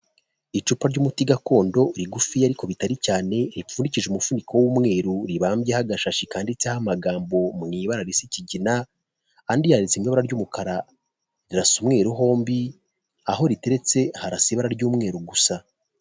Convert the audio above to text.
Icupa ry'umuti gakondo rigufi ariko bitari cyane, ripfundikije umufuniko w'umweru, ribambuyeho agashashi kanditseho amagambo mu ibara risa ikigina, andi yanditse mu ibara ry'umukara, rirasa umweru hombi, aho riteretse harasa ibara ry'umweru gusa.